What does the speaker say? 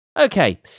Okay